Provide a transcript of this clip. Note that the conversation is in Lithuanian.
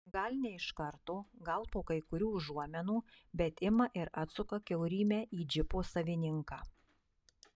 gal ne iš karto gal po kai kurių užuominų bet ima ir atsuka kiaurymę į džipo savininką